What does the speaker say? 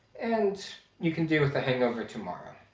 and you can deal the hangover tomorrow.